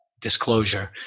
disclosure